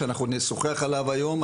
שאנחנו נשוחח עליו היום,